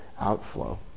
outflow